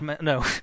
No